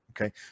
Okay